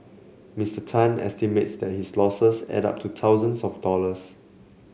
Mister Tan estimates that his losses add up to thousands of dollars